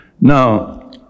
Now